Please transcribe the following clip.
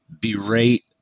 berate